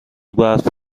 برف